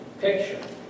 picture